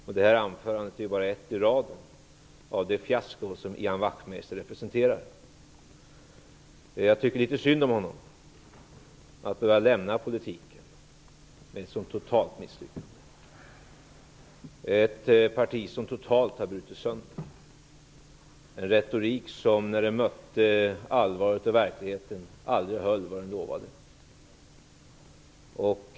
Det senaste anförandet är bara ett i raden av de fiaskon som Ian Wachtmeister representerar. Jag tycker litet synd om honom, att han skall behöva lämna politiken efter ett totalt misslyckande i ett parti som totalt har brutit sönder, med en retorik som när den mötte allvaret och verkligheten aldrig höll vad man hade lovat.